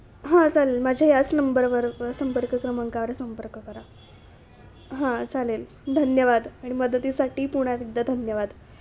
हां चालेल माझ्या याच नंबरवर संपर्क क्रमांकावर संपर्क करा हां चालेल धन्यवाद आणि मदतीसाठी पुन्हा एकदा धन्यवाद